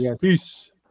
Peace